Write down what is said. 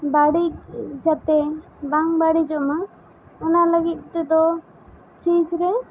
ᱵᱟᱹᱲᱤᱡ ᱡᱟᱛᱮ ᱵᱟᱝ ᱵᱟᱹᱲᱤᱡᱚᱜ ᱢᱟ ᱚᱱᱟ ᱞᱟᱹᱜᱤᱫ ᱛᱮᱫᱚ ᱯᱷᱤᱨᱤᱡᱽ ᱨᱮ